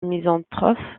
misanthrope